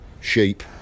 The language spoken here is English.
sheep